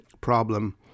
problem